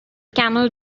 camel